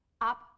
up